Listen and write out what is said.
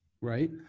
Right